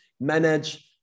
manage